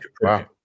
wow